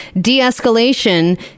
de-escalation